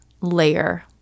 layer